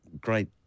great